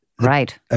Right